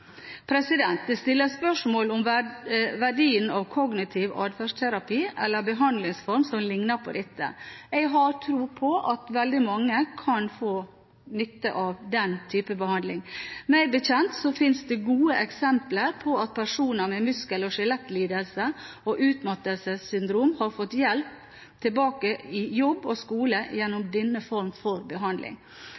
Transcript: Det stilles spørsmål om verdien av kognitiv atferdsterapi eller behandlingsformer som ligner på dette. Jeg har tro på at veldig mange kan få nytte av den typen behandling. Meg bekjent finnes det gode eksempler på at personer med muskel- og skjelettlidelser eller utmattelsessyndrom har fått hjelp til å komme tilbake i jobb og skole gjennom denne formen for behandling.